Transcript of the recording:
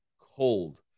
cold